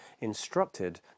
instructed